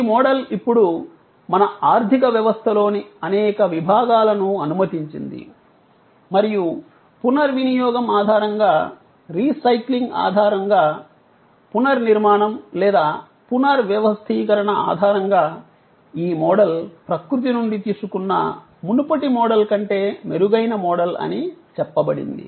ఈ మోడల్ ఇప్పుడు మన ఆర్ధికవ్యవస్థలోని అనేక విభాగాలను అనుమతించింది మరియు పునర్వినియోగం ఆధారంగా రీసైక్లింగ్ ఆధారంగా పునర్నిర్మాణం లేదా పునర్వ్యవస్థీకరణ ఆధారంగా ఈ మోడల్ ప్రకృతి నుండి తీసుకున్న మునుపటి మోడల్ కంటే మెరుగైన మోడల్ అని చెప్పబడింది